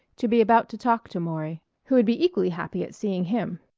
to be about to talk to maury who would be equally happy at seeing him.